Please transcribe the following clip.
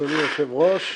אדוני היושב-ראש,